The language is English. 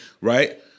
right